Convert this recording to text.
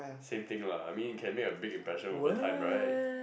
same thing lah I mean you can make a big impression over time right